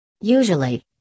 Usually